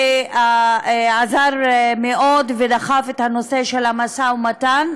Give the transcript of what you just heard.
שעזר מאוד ודחף את הנושא של המשא ומתן.